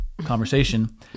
conversation